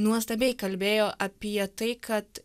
nuostabiai kalbėjo apie tai kad